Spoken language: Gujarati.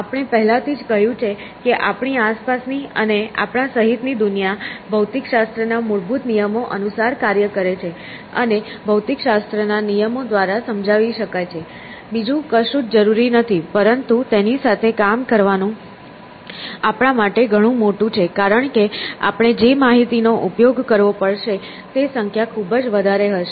આપણે પહેલાથી જ કહ્યું છે કે આપણી આસપાસની અને આપણા સહિતની દુનિયા ભૌતિકશાસ્ત્રના મૂળભૂત નિયમો અનુસાર કાર્ય કરે છે અને ભૌતિકશાસ્ત્રના નિયમો દ્વારા સમજાવી શકાય છે બીજું કશું જ જરૂરી નથી પરંતુ તેની સાથે કામ કરવાનું આપણા માટે ઘણું મોટું છે કારણ કે આપણે જે માહિતીનો ઉપયોગ કરવો પડશે તે સંખ્યા ખૂબ જ વધારે હશે